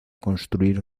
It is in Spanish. construir